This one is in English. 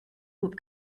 hoop